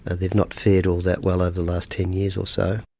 they've not fared all that well over the last ten years or so.